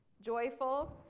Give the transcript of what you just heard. joyful